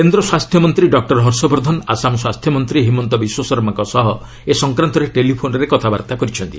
କେନ୍ଦ୍ର ସ୍ୱାସ୍ଥ୍ୟମନ୍ତ୍ରୀ ଡକ୍ଟର ହର୍ଷବର୍ଦ୍ଧନ ଆସାମ ସ୍ୱାସ୍ଥ୍ୟମନ୍ତ୍ରୀ ହିମନ୍ତ ବିଶ୍ୱଶର୍ମାଙ୍କ ସହ ଏ ସଂକ୍ରାନ୍ତରେ ଟେଲିଫୋନ୍ରେ କଥାବାର୍ତ୍ତା କରିଛନ୍ତି